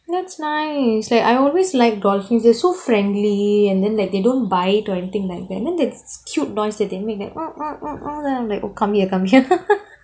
that's nice like I always liked dolphins they are so friendly and then like they don't bite or anything like that and then it's cute noise that they make like then I'm like come here come here